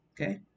okay